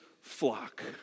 flock